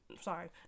sorry